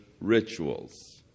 rituals